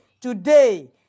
Today